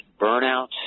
burnout